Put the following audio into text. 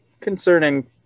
concerning